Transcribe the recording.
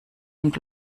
und